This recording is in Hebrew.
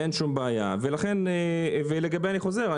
אני חוזר,